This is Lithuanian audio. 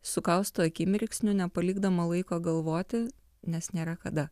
sukausto akimirksniu nepalikdama laiko galvoti nes nėra kada